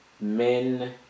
men